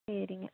சரிங்க